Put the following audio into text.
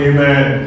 Amen